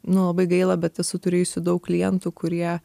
nu labai gaila bet esu turėjusi daug klientų kurie